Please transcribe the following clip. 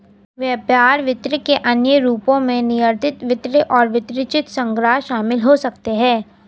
व्यापार वित्त के अन्य रूपों में निर्यात वित्त और वृत्तचित्र संग्रह शामिल हो सकते हैं